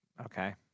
Okay